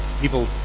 people